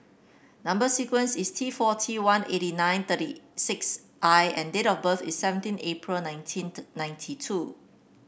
number sequence is T four T one eighty nine thirty six I and date of birth is seventeen April nineteenth ninety two